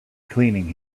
cleaning